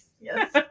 Yes